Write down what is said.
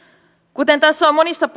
kuten tässä on monissa